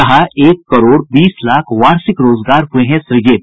कहा एक करोड़ बीस लाख वार्षिक रोजगार हुए हैं सृजित